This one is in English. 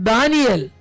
Daniel